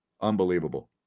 unbelievable